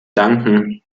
danken